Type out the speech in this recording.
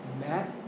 Matt